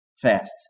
fast